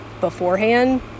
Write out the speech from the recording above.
beforehand